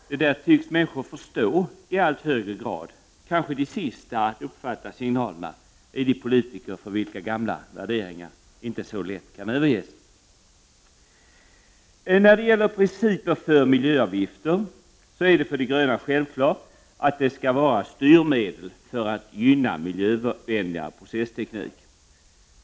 Det där tycks människor förstå i allt högre grad — kanske de sista att uppfatta signalerna är de politiker för vilka gamla värderingar inte är lätta att överge. När det gäller principer för miljöavgifter är det för de gröna självklart att dessa skall vara styrmedel för att gynna miljövänligare processteknik.